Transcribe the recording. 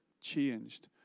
changed